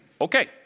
Okay